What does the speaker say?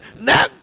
Now